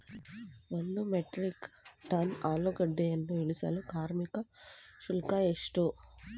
ಒಂದು metric ton ಆಲೂಗೆಡ್ಡೆಯನ್ನು ಇಳಿಸಲು ಕಾರ್ಮಿಕ ಶುಲ್ಕ ಎಷ್ಟು?